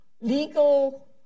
legal